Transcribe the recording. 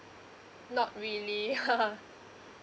not really